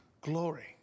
glory